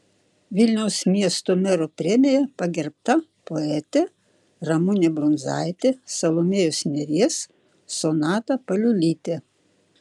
vilniaus miesto mero premija pagerbta poetė ramunė brundzaitė salomėjos nėries sonata paliulytė